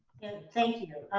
thank you,